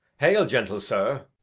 hail, gentle sir.